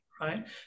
Right